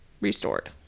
restored